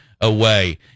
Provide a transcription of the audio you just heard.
away